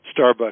Starbucks